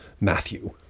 Matthew